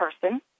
person